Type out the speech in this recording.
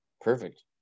Perfect